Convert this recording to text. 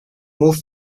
more